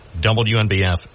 WNBF